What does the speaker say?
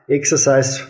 exercise